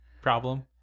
problem